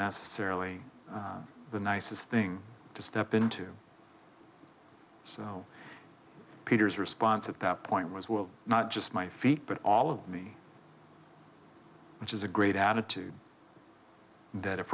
necessarily the nicest thing to step into so peter's response at that point was will not just my feet but all of me which is a great